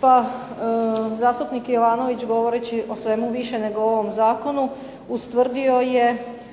Pa zastupnik Jovanović govoreći o svemu više nego o ovom zakonu ustvrdio je